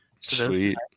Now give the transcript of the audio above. sweet